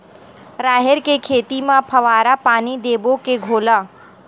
राहेर के खेती म फवारा पानी देबो के घोला?